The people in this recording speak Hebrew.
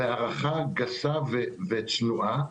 בהערכה גסה וצנועה,